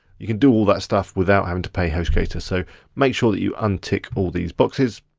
you can do all that stuff without having to pay hostgator, so make sure that you untick all these boxes.